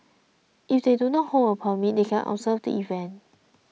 if they do not hold a permit they can observe the event